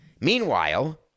Meanwhile